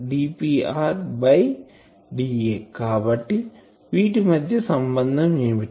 కాబట్టి వీటి మధ్య సంబంధం ఏమిటి